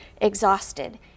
exhausted